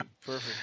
Perfect